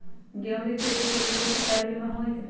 गेंहू के खेती के लेल कोइ सरकारी बीमा होईअ का?